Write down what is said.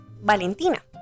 Valentina